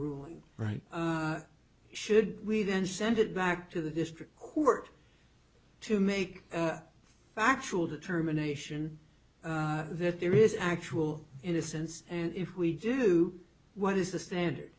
ruling right should we then send it back to the district court to make a factual determination that there is actual innocence and if we do what is the standard